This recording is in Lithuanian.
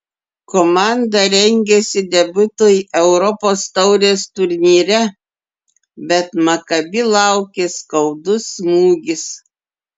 komanda rengėsi debiutui europos taurės turnyre bet makabi laukė skaudus smūgis